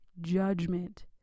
judgment